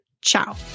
Ciao